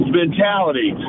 mentality